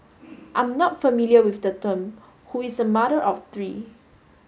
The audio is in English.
I'm not familiar with the term who is a mother of three